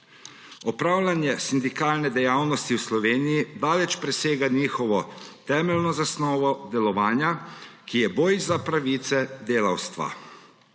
Opravljanje sindikalne dejavnosti v Sloveniji daleč presega njihovo temeljno zasnovo delovanja, ki je boj za pravice delavstva.